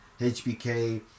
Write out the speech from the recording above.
HBK